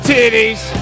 Titties